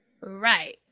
Right